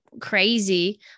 crazy